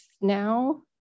now